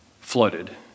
flooded